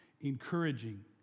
encouraging